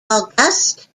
august